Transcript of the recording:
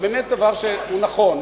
זה באמת דבר שהוא נכון,